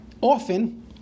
often